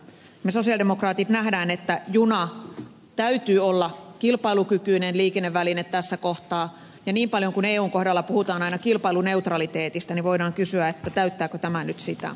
me sosialidemokraatit näemme että junan täytyy olla kilpailukykyinen liikenneväline tässä kohtaa ja niin paljon kuin eun kohdalla puhutaan aina kilpailuneutraliteetista voidaan kysyä täyttääkö tämä nyt sitä